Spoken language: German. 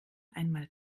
einmal